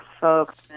folks